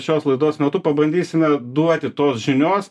šios laidos metu pabandysime duoti tos žinios